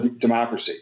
democracy